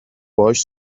باهاش